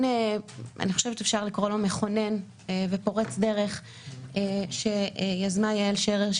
בדיון שאני חושבת שאפשר לקרוא לו מכונן ופורץ דרך שיזמה יעל שרר,